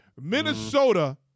Minnesota